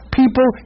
people